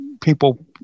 people